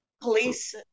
police